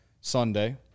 Sunday